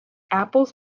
apples